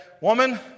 Woman